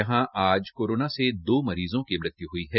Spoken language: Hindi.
यहां आज कोरोना से दो मरीज़ो की मृत्यू हई है